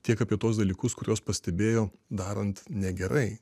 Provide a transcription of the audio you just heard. tiek apie tuos dalykus kuriuos pastebėjo darant negerai